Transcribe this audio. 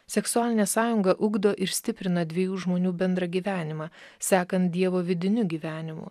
seksualinė sąjunga ugdo ir stiprina dviejų žmonių bendrą gyvenimą sekan dievo vidiniu gyvenimu